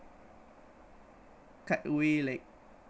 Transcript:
cut away like